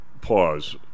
pause